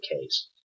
case